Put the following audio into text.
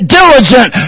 diligent